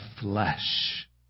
flesh